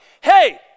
hey